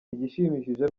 igishimishije